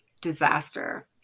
disaster